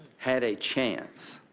had a chance